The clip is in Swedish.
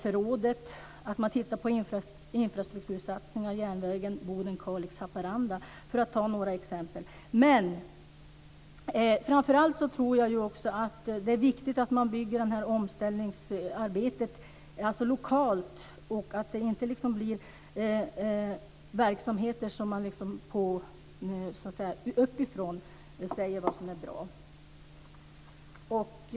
När det gäller infrastruktursatsningar har vi föreslagit att man ska titta på järnvägen Boden-Kalix Haparanda, för att ta några exempel Men framför allt tror jag att det är viktigt att man förankrar omställningsarbetet lokalt så att man inte uppifrån säger vilka verksamheter som blir bra.